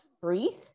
free